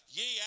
ye